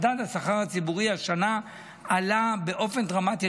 מדד השכר הציבורי עלה השנה באופן דרמטי,